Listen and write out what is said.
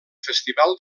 festival